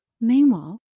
Meanwhile